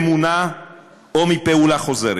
אמונה או פעולה חוזרת.